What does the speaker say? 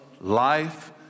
life